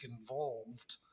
involved